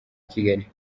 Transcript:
kigali